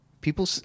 people